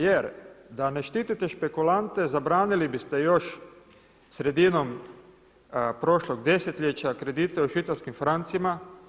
Jer da ne štitite špekulante zabranili biste još sredinom prošlog desetljeća kredite u švicarskim francima.